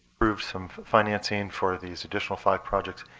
approved some financing for these additional five projects.